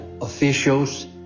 officials